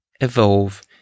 evolve